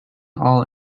all